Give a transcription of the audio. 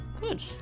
Good